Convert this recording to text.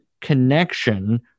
connection